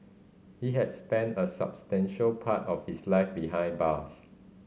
he had spent a substantial part of his life behind bars